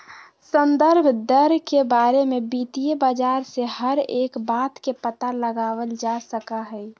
संदर्भ दर के बारे में वित्तीय बाजार से हर एक बात के पता लगावल जा सका हई